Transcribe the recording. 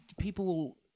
people